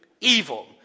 evil